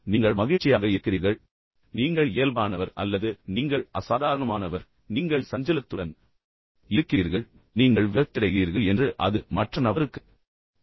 நீங்கள் மகிழ்ச்சியாக இருக்கிறீர்கள் நீங்கள் ஆனந்தமாக இருக்கிறீர்கள் நீங்கள் இயல்பானவர் அல்லது நீங்கள் அசாதாரணமானவர் நீங்கள் சஞ்சலத்துடன் இருக்கிறீர்கள் நீங்கள் மகிழ்ச்சியற்றவர் எனவே நீங்கள் விரக்தியடைகிறீர்கள் என்று அது மற்ற நபருக்குத் தெரிவிக்கும்